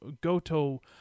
Goto